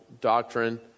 doctrine